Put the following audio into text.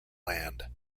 land